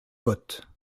bottes